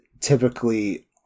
typically